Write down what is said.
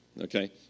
okay